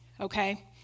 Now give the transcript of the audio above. okay